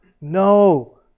no